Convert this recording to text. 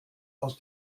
aus